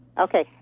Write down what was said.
Okay